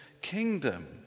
kingdom